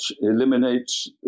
eliminates